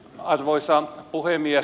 arvoisa puhemies